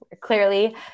clearly